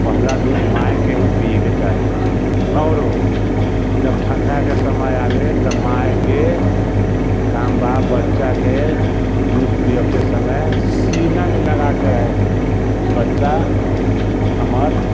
पहिला दूध माइके ही पिएके चाही आओर जब ठण्डाके समय आबै तऽ माइके काम बा बच्चाके दूध पिएबते समय सीनामे लगाके राखैके कि बच्चा हमर